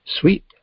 sweet